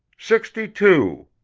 sixty two.